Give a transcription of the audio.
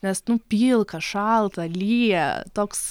nes nu pilka šalta lyja toks